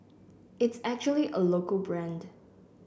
it's actually a local brand